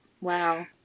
wow